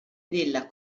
della